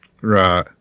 right